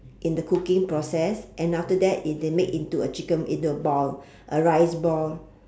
in the cooking process and after that is they make into a chicken into a ball a rice ball